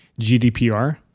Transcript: GDPR